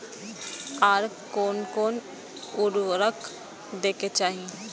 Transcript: आर कोन कोन उर्वरक दै के चाही?